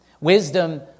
Wisdom